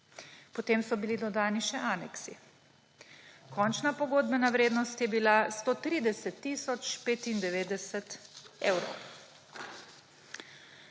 Potem so bili dodani še aneksi. Končna pogodbena vrednost je bila 130 tisoč 95 evrov.